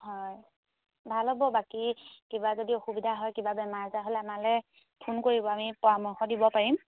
হয় ভাল হ'ব বাকী কিবা যদি অসুবিধা হয় কিবা বেমাৰ আজাৰ হ'লে আমালে ফোন কৰিব আমি পৰামৰ্শ দিব পাৰিম